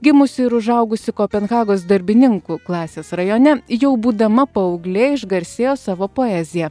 gimusi ir užaugusi kopenhagos darbininkų klasės rajone jau būdama paauglė išgarsėjo savo poezija